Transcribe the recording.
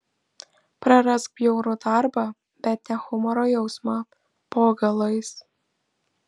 prarask bjaurų darbą bet ne humoro jausmą po galais